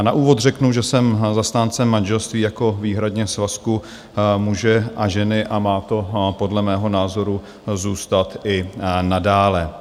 Na úvod řeknu, že jsem zastáncem manželství jako výhradně svazku muže a ženy a má to podle mého názoru zůstat i nadále.